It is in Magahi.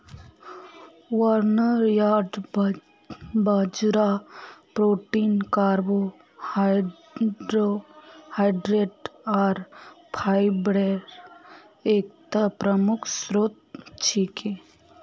बार्नयार्ड बाजरा प्रोटीन कार्बोहाइड्रेट आर फाईब्रेर एकता प्रमुख स्रोत छिके